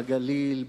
בגליל,